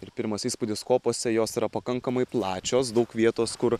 ir pirmas įspūdis kopose jos yra pakankamai plačios daug vietos kur